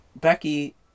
Becky